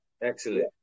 excellent